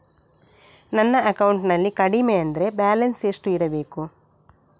ನನ್ನ ಅಕೌಂಟಿನಲ್ಲಿ ಕಡಿಮೆ ಅಂದ್ರೆ ಬ್ಯಾಲೆನ್ಸ್ ಎಷ್ಟು ಇಡಬೇಕು?